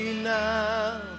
Now